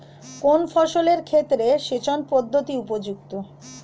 কোন ফসলের ক্ষেত্রে সেচন পদ্ধতি উপযুক্ত?